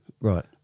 Right